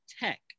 tech